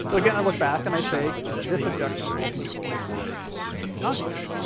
so again, i look back and i say this objection also is nonsense.